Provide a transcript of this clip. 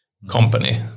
company